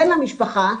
כן המשפחה,